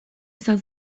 izan